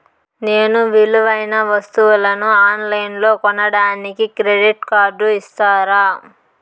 నేను విలువైన వస్తువులను ఆన్ లైన్లో కొనడానికి క్రెడిట్ కార్డు ఇస్తారా?